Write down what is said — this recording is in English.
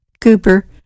Cooper